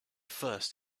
first